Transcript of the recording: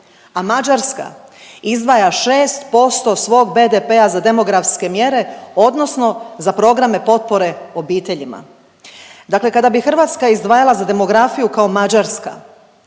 a Mađarska izdvaja 6% svog BDP-a za demografske mjere odnosno za programe potpore obiteljima. Dakle, kada bi Hrvatska izdvajala za demografiju kao Mađarska